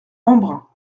embrun